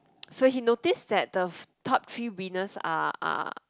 so he notice that the top three winners are are